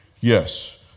Yes